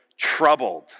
troubled